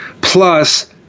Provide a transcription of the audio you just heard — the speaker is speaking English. plus